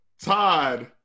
Todd